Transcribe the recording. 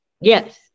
Yes